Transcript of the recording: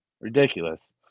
Ridiculous